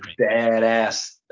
badass